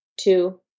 two